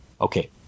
okay